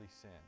sin